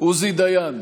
עוזי דיין,